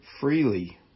freely